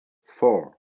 four